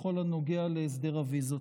בכל הנוגע להסדר הוויזות.